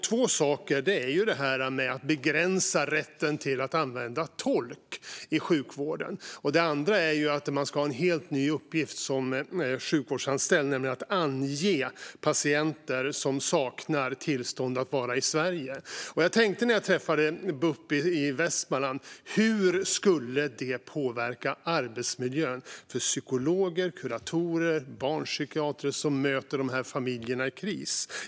Två exempel är det här med att begränsa rätten till att använda tolk i sjukvården och att man ska ha en helt ny uppgift som sjukvårdsanställd, nämligen att ange patienter som saknar tillstånd att vara i Sverige. När jag träffade bup i Västmanland tänkte jag på hur det skulle påverka arbetsmiljön för psykologer, kuratorer och barnpsykiatrer som möter de här familjerna i kris.